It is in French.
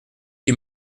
qui